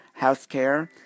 healthcare